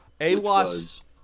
AWAS